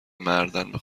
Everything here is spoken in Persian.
مردن، به